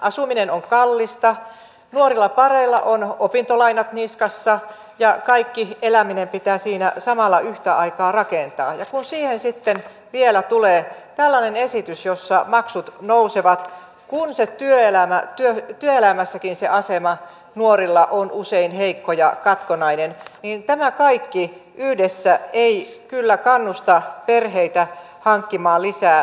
asuminen on kallista nuorillapareilla on opintolainat niskassaan ja kaikki eläminen pitää siinä samalla yhtä aikaa rakentaa ja kun siihen vielä tulee tällainen esitys jossa maksut nousevat kun työelämässäkin se asema nuorilla on usein heikko ja katkonainen niin tämä kaikki yhdessä ei kyllä kannusta perheitä hankkimaan lisää lapsia